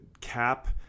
cap